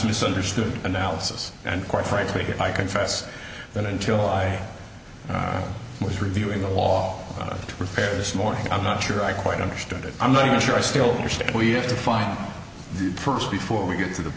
misunderstood analysis and quite frankly i confess that until i was reviewing the law to prepare this morning i'm not sure i quite understood it i'm not sure i still understand we have to find the first before we get to the